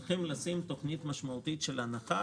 שצריך לקבוע תוכנית משמעותית של הנחה,